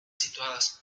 situados